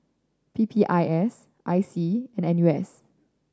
P P I S I C and N U S